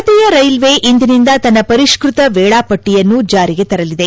ಭಾರತೀಯ ರೈಲ್ವೆ ಇಂದಿನಿಂದ ತನ್ನ ಪರಿಷ್ಠತ ವೇಳಾಪಟ್ಟಿಯನ್ನು ಜಾರಿಗೆ ತರಲಿದೆ